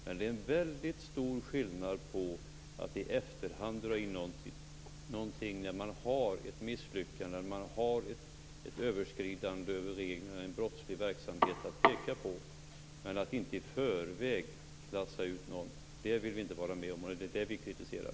Men det är en väldigt stor skillnad om man i efterhand drar in någonting när man har ett misslyckande, ett överskridande av reglerna eller en brottslig verksamhet att peka på. Vi vill inte vara med om att i förväg klassa ut någon. Det är det vi kritiserar.